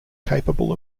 capable